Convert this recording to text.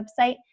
website